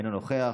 אינו נוכח,